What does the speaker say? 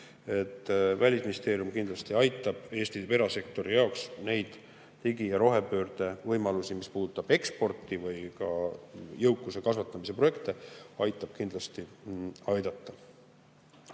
Välisministeerium kindlasti aitab Eesti erasektoril [kasutada] neid digi‑ ja rohepöörde võimalusi, mis puudutab eksporti või ka jõukuse kasvatamise projekte, ta aitab kindlasti kaasa